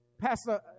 Pastor